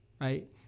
Right